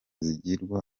zigirwa